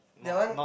that one